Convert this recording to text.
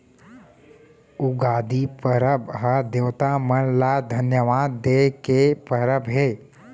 उगादी परब ह देवता मन ल धन्यवाद दे के परब हे